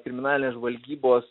kriminalinės žvalgybos